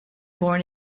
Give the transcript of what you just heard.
born